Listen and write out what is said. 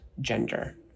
gender